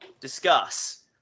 Discuss